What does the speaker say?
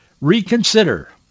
reconsider